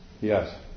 Yes